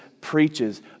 preaches